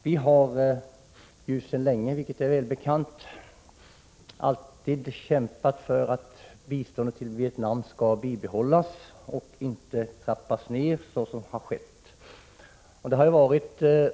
Vi har sedan länge, vilket är väl bekant, kämpat för att biståndet till Vietnam skall bibehållas och inte trappas ned, såsom har skett.